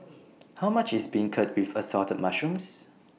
How much IS Beancurd with Assorted Mushrooms